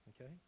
Okay